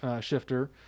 shifter